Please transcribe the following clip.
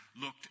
looked